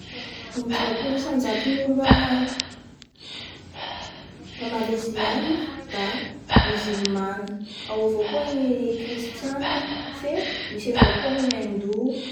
Mampiavaky ny oo an' Allemagne agny ny fomba fanamboarandreo trano. Da mampiavaky andreo agny avao koa ny literatiorandreo.